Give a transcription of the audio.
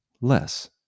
less